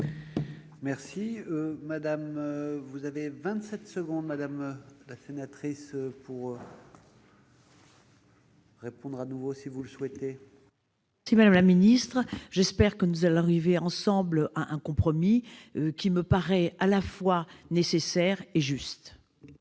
Madame la ministre, j'espère que nous pourrons trouver ensemble un compromis. Cela me paraît à la fois nécessaire et juste.